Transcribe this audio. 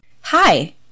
Hi